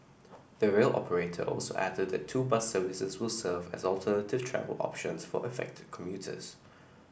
the rail operator also added that two bus services will serve as alternative travel options for affected commuters